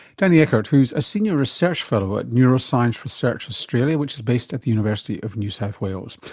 danny eckert who is a senior research fellow at neuroscience research australia which is based at the university of new south wales.